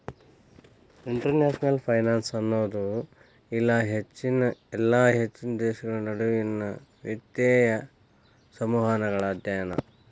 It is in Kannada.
ಇಂಟರ್ನ್ಯಾಷನಲ್ ಫೈನಾನ್ಸ್ ಅನ್ನೋದು ಇಲ್ಲಾ ಹೆಚ್ಚಿನ ದೇಶಗಳ ನಡುವಿನ್ ವಿತ್ತೇಯ ಸಂವಹನಗಳ ಅಧ್ಯಯನ